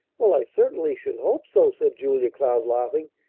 well, i certainly should hope so! said julia cloud, laughing.